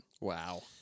Wow